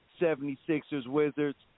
76ers-Wizards